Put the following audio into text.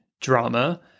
drama